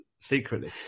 Secretly